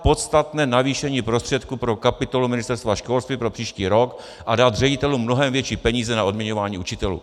Sehnat podstatné navýšení prostředků pro kapitolu Ministerstva školství pro příští rok a dát ředitelům mnohem větší peníze na odměňování učitelů.